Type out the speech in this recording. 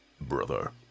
Brother